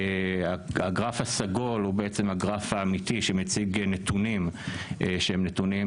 הגרף הסגול הוא בעצם הגרף האמיתי שמציג נתונים שהם נתונים